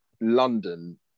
London